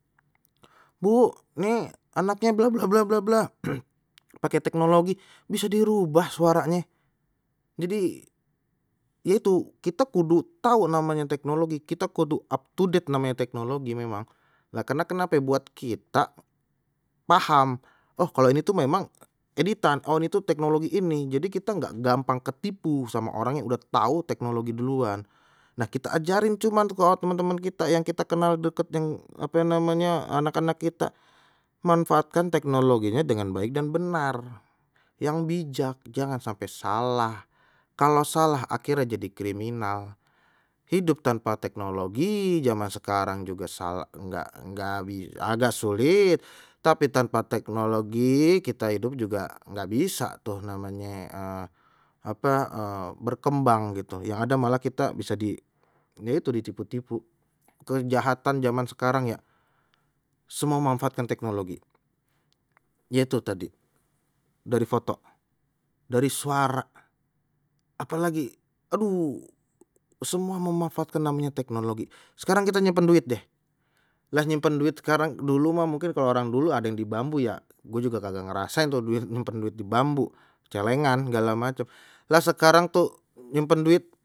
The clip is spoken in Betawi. Bu nih anaknye bla bla bla bla bla pakai teknologi bisa dirubah suaranye, jadi ya itu kita kudu tahu namanya teknologi kita kudu up to date namanya teknologi memang, lah karena kenape buat kita paham, oh kalau ini tuh memang editan oh ini tu teknologi ini jadi kita nggak gampang ketipu sama orang yang udah tahu teknologi duluan. Nah kita ajarin cuman ke temen-temen kita yang kita kenal dekat yang ape namanya anak-anak kita manfaatkan teknologinya dengan baik dan benar, yang bijak jangan sampai salah kalau salah akhire jadi kriminal. Hidup tanpa teknologi zaman sekarang juga salah nggak nggak bisa agak sulit tapi tanpa teknologi kita hidup juga nggak bisa tuh namanye uh apa uh berkembang gitu yang ada malah kita bisa di gitu di tipu-tipu kejahatan zaman sekarang ya, semua memanfaatkan teknologi yaitu tadi, dari foto dari, suara apa lagi aduh semua memanfaatkan namanye teknologi. Sekarang kita nyimpen duit deh lah nyimpen duit sekarang dulu mah mungkin kalau orang dulu ada yang di bambu ya gue juga kagak ngerasain tuh duit nyimpen duit di bambu celengan segala macem lah sekarang tuh nyimpen duit.